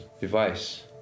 device